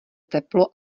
teplo